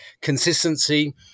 consistency